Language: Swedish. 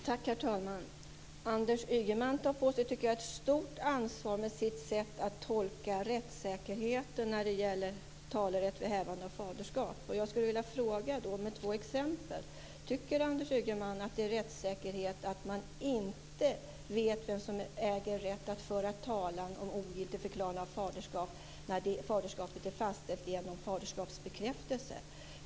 Herr talman! Anders Ygeman tar, tycker jag, på sig ett stort ansvar med sitt sätt att tolka rättssäkerheten när det gäller talerätt vid hävande av faderskap. Jag skulle vilja ställa några frågor med hjälp av två exempel. Tycker Anders Ygeman att det är rättssäkerhet att man inte vet vem som äger rätt att föra talan om ogiltigförklarande av faderskap när faderskapet är fastställt genom faderskapsbekräftelse?